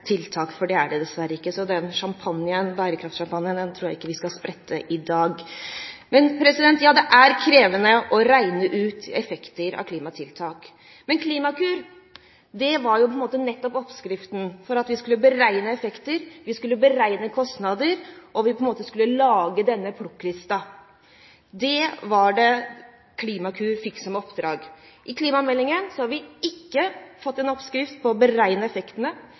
tiltak, for det er det dessverre ikke. Den bærekraftsjampanjen tror jeg ikke vi skal sprette i dag. Ja, det er krevende å regne ut effekter av klimatiltak. Men Klimakur var nettopp oppskriften for at vi skulle beregne effekter og kostnader, og for at vi skulle lage denne plukklisten. Det var det Klimakur fikk i oppdrag. I klimameldingen har vi ikke fått en oppskrift på å beregne effektene,